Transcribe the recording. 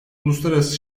uluslararası